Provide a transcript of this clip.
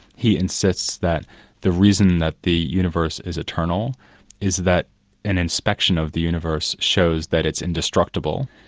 he insists that the reason that the universe is eternal is that an inspection of the universe shows that it's indestructible.